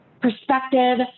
perspective